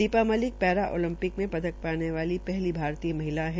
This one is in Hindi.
दीपा मलिक पैरा ओलंपिक में पदक पाने वाली पहली भारतीय महिला है